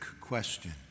question